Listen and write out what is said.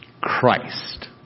Christ